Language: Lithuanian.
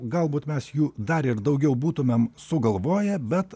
galbūt mes jų dar ir daugiau būtumėm sugalvoję bet